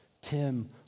Tim